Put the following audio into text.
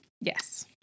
Yes